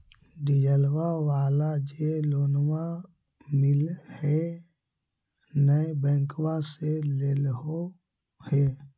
डिजलवा वाला जे लोनवा मिल है नै बैंकवा से लेलहो हे?